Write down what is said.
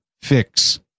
fix